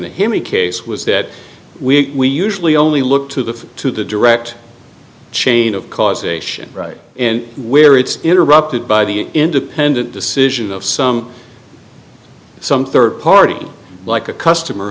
the himi case was that we usually only look to the to the direct chain of causation right in where it's interrupted by the independent decision of some some third party like a customer